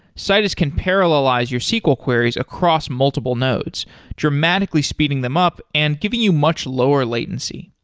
citus can parallelize your sql queries across multiple nodes dramatically speeding them up and giving you much lower latency.